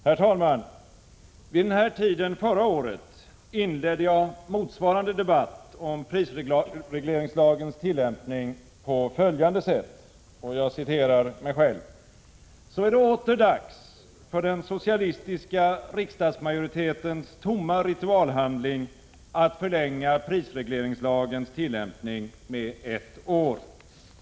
Herr talman! Vid den här tiden förra året inledde jag motsvarande debatt om prisregleringslagens tillämpning på följande sätt — jag citerar mig själv: ”Så är det åter dags för den socialistiska riksdagsmajoritetens tomma ritualhandling att förlänga prisregleringslagens tillämpning med ett år.